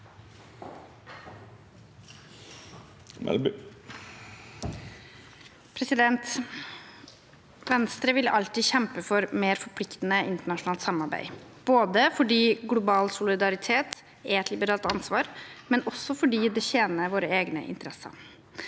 Venstre vil alltid kjempe for mer forpliktende internasjonalt samarbeid, både fordi global solidaritet er et liberalt ansvar, og også fordi det tjener våre egne interesser.